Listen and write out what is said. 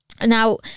Now